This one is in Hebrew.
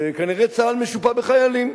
שכנראה צה"ל משופע בחיילים,